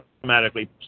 automatically